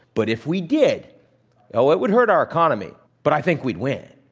but if we did though it would hurt our economy but i think we'd win,